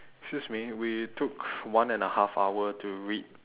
excuse me we took one and a half hour to read